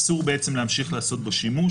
אסור להמשיך לעשות בו שימוש,